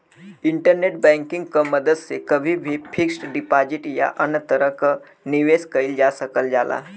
internet banking क मदद से कभी भी फिक्स्ड डिपाजिट या अन्य तरह क निवेश कइल जा सकल जाला